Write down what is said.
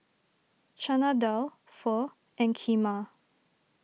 Chana Dal Pho and Kheema